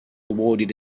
awarded